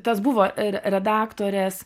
tas buvo ir redaktorės